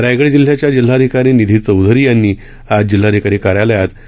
रायगड जिल्ह्याच्या जिल्हाधिकारी श्रीमती निधी चौधरी यांनी आज जिल्हाधिकारी कार्यालयातडॉ